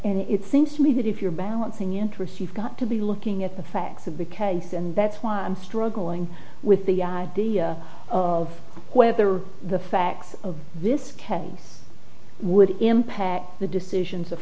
and it seems to me that if you're balancing interests you've got to be looking at the facts of the case and that's why i'm struggling with the idea of whether the facts of this case would impact the decisions of